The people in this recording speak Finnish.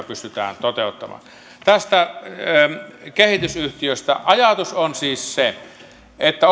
pystytään toteuttamaan tästä kehitysyhtiöstä ajatus on siis se että